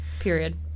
period